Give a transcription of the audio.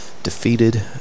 Defeated